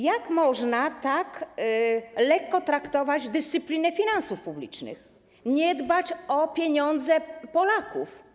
Jak można tak lekko traktować dyscyplinę finansów publicznych, nie dbać o pieniądze Polaków?